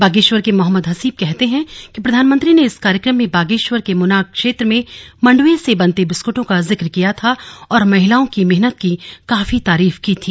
बागेश्वर के मोहम्मद हसीब कहते हैं कि प्रधानमंत्री ने इस कार्यक्रम में बागेश्वर के मुनार क्षेत्र में मंड्ए से बनते बिस्कूटों का जिक्र किया था और महिलाओं की मेहनत की तारीफ की थी